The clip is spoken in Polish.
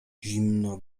zimno